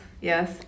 yes